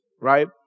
right